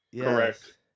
Correct